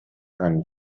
and